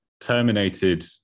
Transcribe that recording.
terminated